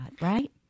right